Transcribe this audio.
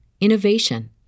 innovation